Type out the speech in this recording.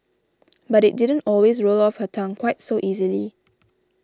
but it didn't always roll off her tongue quite so easily